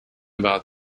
about